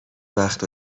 وقت